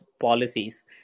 policies